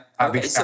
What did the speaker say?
Okay